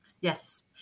Yes